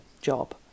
job